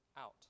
out